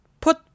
put